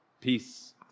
peace